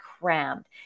crammed